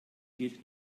geht